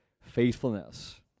faithfulness